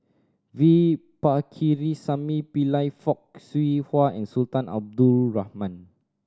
V Pakirisamy Pillai Fock Siew Wah and Sultan Abdul Rahman